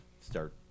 start